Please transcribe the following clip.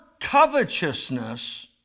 covetousness